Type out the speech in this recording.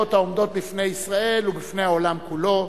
העומדות בפני ישראל ובפני העולם כולו.